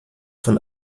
von